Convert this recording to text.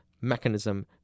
mechanism